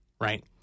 Right